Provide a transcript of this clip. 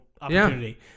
opportunity